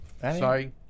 Sorry